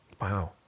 Wow